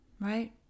right